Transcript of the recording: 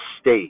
state